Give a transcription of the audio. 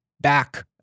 back